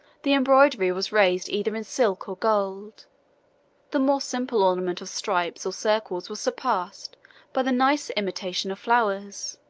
the embroidery was raised either in silk or gold the more simple ornament of stripes or circles was surpassed by the nicer imitation of flowers